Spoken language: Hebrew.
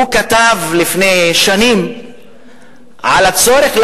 הוא כתב לפני שנים על הצורך,